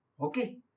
Okay